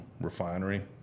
refinery